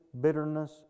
bitterness